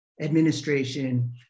administration